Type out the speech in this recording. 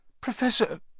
Professor